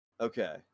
Okay